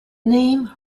name